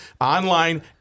online